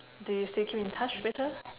do you still keep in touch with her